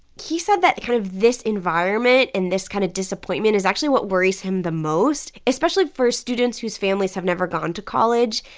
he said that kind of this environment and this kind of disappointment is actually what worries him the most, especially for students whose families have never gone to college.